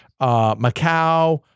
Macau